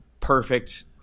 Perfect